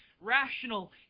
rational